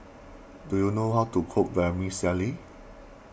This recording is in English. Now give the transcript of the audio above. do you know how to cook Vermicelli